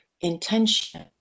intention